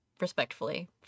respectfully